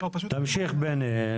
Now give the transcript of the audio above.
תמשיך בני.